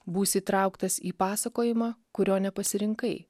būsi įtrauktas į pasakojimą kurio nepasirinkai